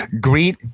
greet